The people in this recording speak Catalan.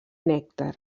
nèctar